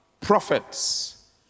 prophets